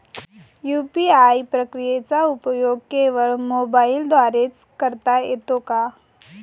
UPI प्रक्रियेचा उपयोग केवळ मोबाईलद्वारे च करता येतो का?